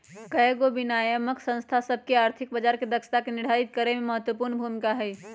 कयगो विनियामक संस्था सभ के आर्थिक बजार के दक्षता के निर्धारित करेमे महत्वपूर्ण भूमिका हइ